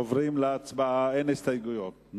אין הסתייגויות.